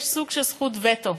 יש סוג של זכות וטו.